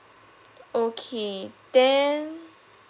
okay then